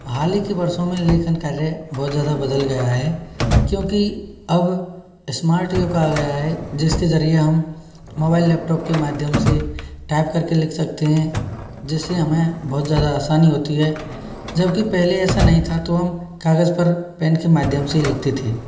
हाल ही के वर्षों में लेखन कार्य बहुत ज़्यादा बदल गया है क्योंकि अब स्मार्ट युग आ गया है जिसके जरिए हम मोबाइल लैपटॉप के माध्यम से टाइप करके लिख सकते हैं जिससे हमें बहुत ज़्यादा आसानी होती है जबकि पहले ऐसा नही था तो हम कागज पर पेन के माध्यम से ही लिखते थे